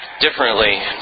differently